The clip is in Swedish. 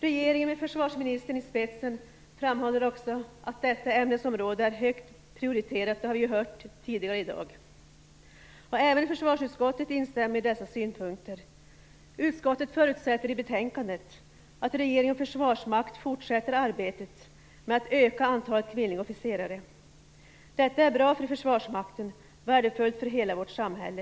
Regeringen med försvarsministern i spetsen framhåller också att detta ämnesområde är högt prioriterat, och det har vi hört tidigare i dag. Även försvarsutskottet instämmer i dessa synpunkter. Utskottet förutsätter i betänkandet att regeringen och försvarsmakt fortsätter arbetet med att öka antalet kvinnliga officerare. Det är bra för Försvarsmakten och värdefullt för hela vårt samhälle.